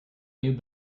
knew